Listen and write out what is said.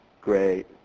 Great